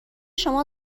شما